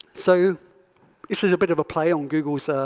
so is is a bit of a play on google's ah